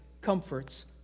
comforts